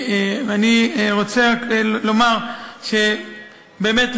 ואני רוצה רק לומר שבאמת,